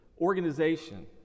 organization